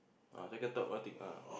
ah second third what thing ah